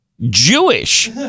Jewish